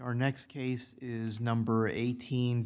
your next case is number eighteen